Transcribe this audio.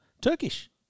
Turkish